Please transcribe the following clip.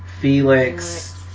Felix